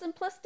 simplistic